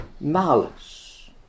malice